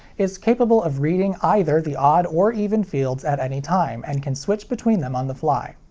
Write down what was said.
it's capable of reading either the odd or even fields at any time, and can switch between them on the fly.